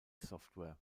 software